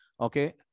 Okay